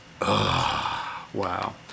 wow